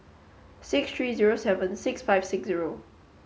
six three zero seven six five six zero